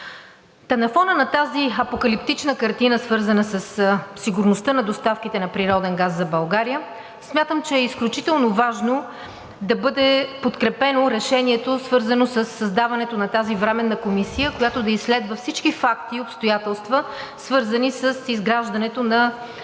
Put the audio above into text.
На фона на тази апокалиптична картина, свързана със сигурността на доставките на природен газ за България, смятам, че е изключително важно да бъде подкрепено решението, свързано със създаването на тази временна комисия, която да изследва всички факти и обстоятелства, свързани с изграждането на